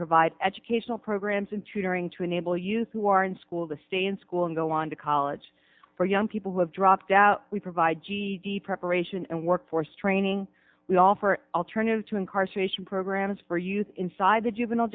provide educational programs and tutoring to enable us who are in school to stay in school and go on to college for young people who have dropped out we provide ged preparation and workforce training we offer alternatives to incarceration programs for youth inside the juvenile